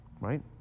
right